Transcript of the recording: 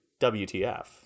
WTF